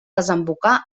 desembocar